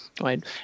right